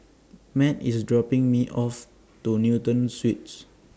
Matt IS dropping Me off to Newton Suites